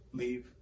leave